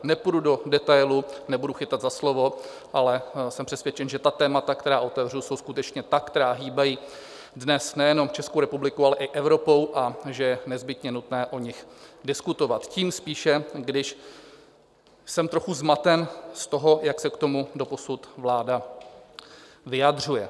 Nepůjdu do detailů, nebudu chytat za slovo, ale jsem přesvědčen, že témata, která otevřu, jsou skutečně ta, která hýbají dnes nejenom Českou republikou, ale i Evropou, a že je nezbytně nutné o nich diskutovat tím spíše, když jsem trochu zmaten z toho, jak se k tomu doposud vláda vyjadřuje.